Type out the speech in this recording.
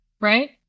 right